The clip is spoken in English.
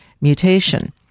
mutation